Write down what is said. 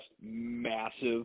massive